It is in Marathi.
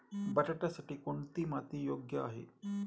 बटाट्यासाठी कोणती माती योग्य आहे?